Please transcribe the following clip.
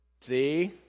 see